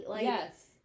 Yes